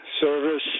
service